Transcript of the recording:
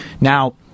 Now